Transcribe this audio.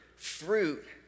Fruit